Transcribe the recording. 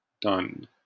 Done